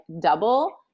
double